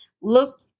look